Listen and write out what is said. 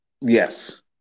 Yes